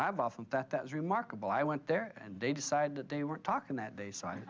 i've often thought that was remarkable i went there and they decided that they were talking that day so i